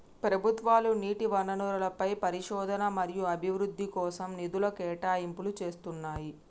ప్రభుత్వాలు నీటి వనరులపై పరిశోధన మరియు అభివృద్ధి కోసం నిధుల కేటాయింపులు చేస్తున్నయ్యి